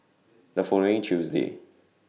The following Tuesday